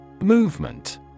Movement